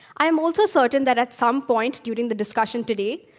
i am also certain that, at some point during the discussion today,